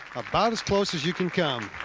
about as close as you can come.